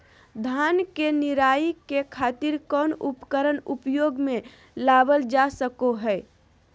धान के निराई के खातिर कौन उपकरण उपयोग मे लावल जा सको हय?